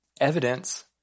Evidence